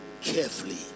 carefully